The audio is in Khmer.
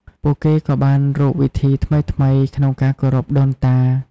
ពួកគេក៏បានរកវិធីថ្មីៗក្នុងការគោរពដូនតា។